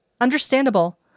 Understandable